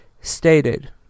stated